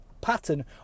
pattern